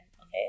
okay